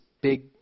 big